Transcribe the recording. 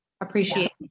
appreciate